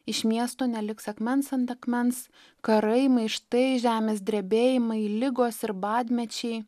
iš miesto neliks akmens ant akmens karai maištai žemės drebėjimai ligos ir badmečiai